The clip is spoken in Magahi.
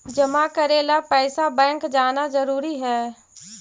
जमा करे ला पैसा बैंक जाना जरूरी है?